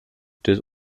des